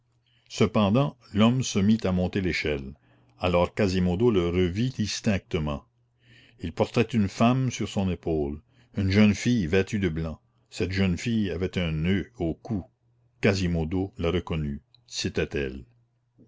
cependant l'homme se mit à monter l'échelle alors quasimodo le revit distinctement il portait une femme sur son épaule une jeune fille vêtue de blanc cette jeune fille avait un noeud au cou quasimodo la reconnut